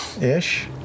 Ish